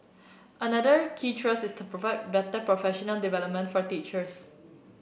another key thrust is to provide better professional development for teachers